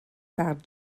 par